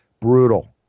Brutal